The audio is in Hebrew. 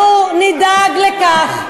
אנחנו נדאג לכך,